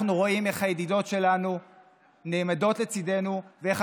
אנחנו רואים איך הידידות שלנו נעמדות לצידנו ואיך